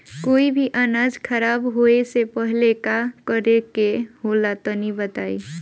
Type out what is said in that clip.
कोई भी अनाज खराब होए से पहले का करेके होला तनी बताई?